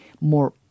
more